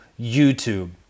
YouTube